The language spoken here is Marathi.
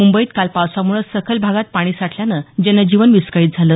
मुंबईत काल पावसामुळं सखल भागात पाणी साठल्यानं जनजीवन विस्कळीत झालं